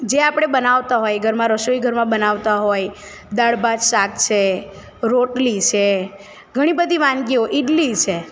જે આપણે બનાવતાં હોય ઘરમાં રસોઈ ઘરમાં બનાવતાં હોય દાળ ભાત શાક છે રોટલી છે ઘણી બધી વાનગીઓ ઇડલી છે